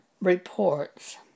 reports